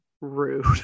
rude